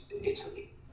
Italy